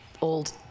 old